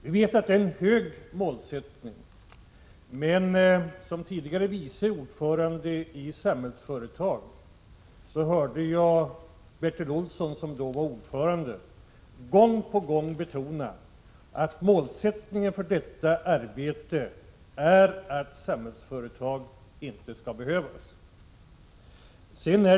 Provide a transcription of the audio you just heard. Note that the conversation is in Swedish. Vi vet att det är en hög målsättning, men som tidigare vice ordförande i Samhällsföretag hörde jag Bertil Olsson, som då var styrelseordförande, gång på gång betona att målsättningen för arbetet var att Samhällsföretag inte skulle behövas.